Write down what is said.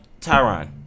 Tyron